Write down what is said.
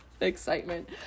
excitement